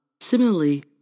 Similarly